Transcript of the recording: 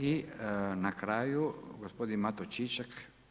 I na kraju gospodin Mato Čičak.